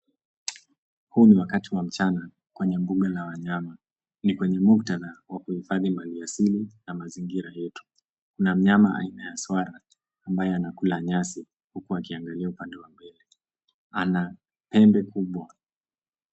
Huu ni wakati wa mchana kwenye bunga la wanyama. Ni kwenye muktadha wa kuhifadhi mali ya asili ma mazingira yetu. Kuna mnyama aina ya swara, ambaye anakula nyasi uku akiangalia upande wa mbele. Ana pembe kubwa.